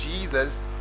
Jesus